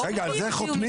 רגע, על זה חותמים?